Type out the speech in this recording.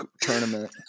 tournament